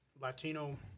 Latino